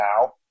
now